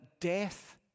death